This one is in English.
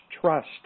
trust